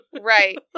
right